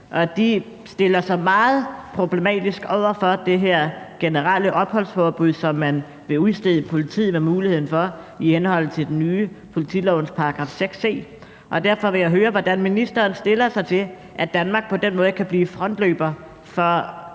De stiller sig meget problematiserende over for det her generelle opholdsforbud, som man vil udstede i politiet, med muligheden i henhold til det nye, nemlig politilovens § 6 c. Derfor vil jeg høre, hvordan ministeren stiller sig til, at Danmark på den måde kan blive frontløber for